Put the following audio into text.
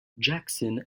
jackson